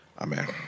Amen